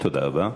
תודה רבה.